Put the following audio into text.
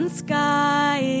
sky